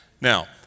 Now